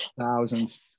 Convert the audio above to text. thousands